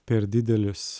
per didelis